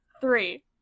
Three